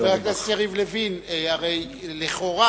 חבר הכנסת יריב לוין, לכאורה,